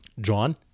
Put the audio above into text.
John